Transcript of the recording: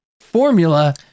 formula